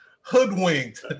hoodwinked